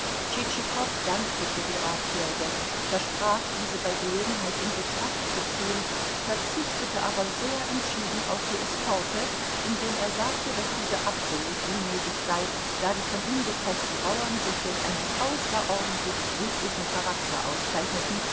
tschitschikow dankte für die ratschläge versprach diese bei gelegenheit in betracht zu ziehen verzichtete aber sehr entschieden auf die eskorte indem er sagte daß diese absolut unnötig sei da die von ihm gekauften bauern sich durch einen außerordentlich friedlichen charakter auszeichneten